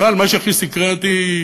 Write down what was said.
בכלל, מה שהכי סקרן אותי,